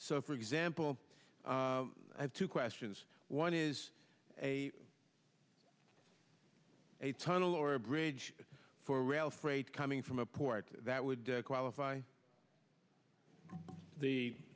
so for example i have two questions one is a a tunnel or a bridge for rail freight coming from a port that would qualify the